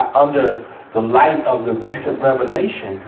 under, the light of the recent revelations,